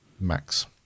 max